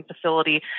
facility